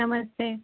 नमस्ते